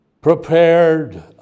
prepared